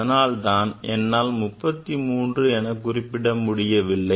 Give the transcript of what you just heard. அதனால்தான் என்னால் 33 எனக் குறிப்பிட முடியவில்லை